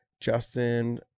Justin